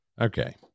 okay